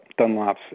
Dunlops